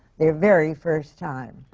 their very first time.